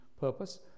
purpose